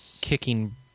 kicking